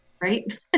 right